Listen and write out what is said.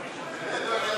מיקי רוזנטל,